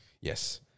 Yes